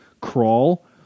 Crawl